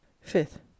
Fifth